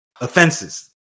Offenses